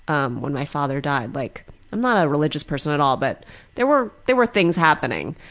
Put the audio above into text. um, when my father died. like i'm not a religious person at all, but there were there were things happening,